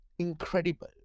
incredible